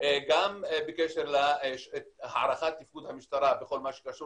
גם בקשר להערכת תפקוד המשטרה בכל מה שקשור